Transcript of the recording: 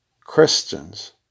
Christians